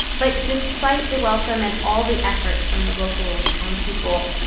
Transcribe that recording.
but despite the welcome and all the efforts from the local townspeople,